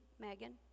Megan